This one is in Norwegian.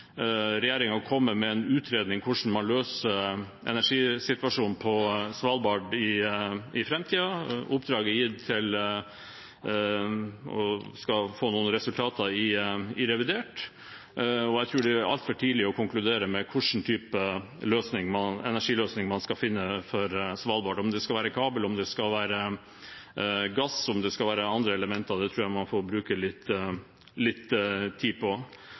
med en utredning om hvordan man løser energisituasjonen på Svalbard i framtiden. Oppdraget er gitt og skal få noen resultater i revidert. Jeg tror det er altfor tidlig å konkludere med hvilken type energiløsning man skal finne for Svalbard, om det skal være kabel, om det skal være gass eller om det skal være andre elementer. Det tror jeg man får bruke litt tid på,